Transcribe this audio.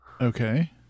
Okay